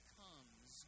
comes